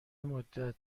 مدت